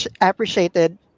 appreciated